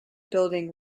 building